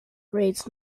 grades